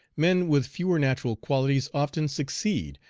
men with fewer natural qualities often succeed,